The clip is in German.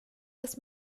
des